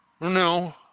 No